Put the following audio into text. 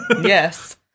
Yes